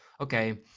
okay